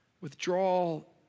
withdrawal